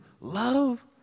love